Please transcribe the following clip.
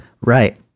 Right